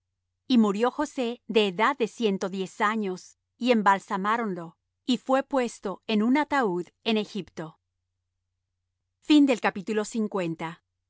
y murió josé de edad de ciento diez años y embalsamáronlo y fué puesto en un ataúd en egipto